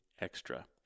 extra